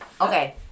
Okay